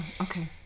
Okay